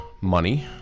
money